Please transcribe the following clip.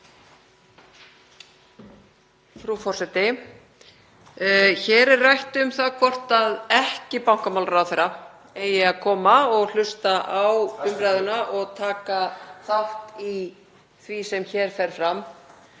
Frú forseti. Hér er rætt um það hvort ekki-bankamálaráðherra eigi að koma og hlusta á umræðuna og taka þátt í því sem hér fer fram.